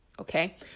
Okay